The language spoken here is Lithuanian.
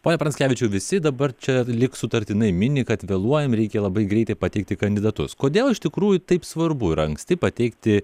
pone pranckevičiau visi dabar čia lyg sutartinai mini kad vėluojam reikia labai greitai pateiktiį kandidatus kodėl iš tikrųjų taip svarbu yra anksti pateikti